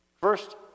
First